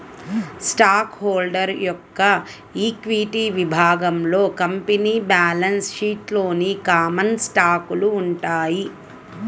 stock holder యొక్క equity విభాగంలో company balance షీట్లోని కామన్ స్టాకులు ఉంటాయి